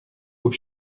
aux